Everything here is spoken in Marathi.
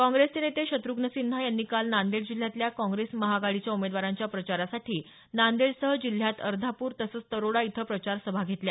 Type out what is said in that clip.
काँग्रेसचे नेते शत्रुघ्न सिन्हा यांनी काल नांदेड जिल्ह्यातल्या काँग्रेस महाआघाडीच्या उमेदवारांच्या प्रचारासाठी नांदेडसह जिल्ह्यात अर्धापूर तसंच तरोडा इथं प्रचार सभा घेतल्या